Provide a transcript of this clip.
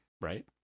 right